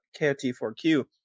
KOT4Q